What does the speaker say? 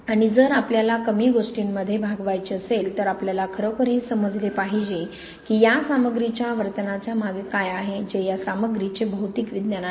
आणि जर आपल्याला कमी गोष्टींमध्ये भागवायचे असेल तर आपल्याला खरोखर हे समजले पाहिजे की या सामग्रीच्या वर्तनाच्या मागे काय आहे जे या सामग्रीचे भौतिक विज्ञान आहे